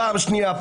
פעם שנייה,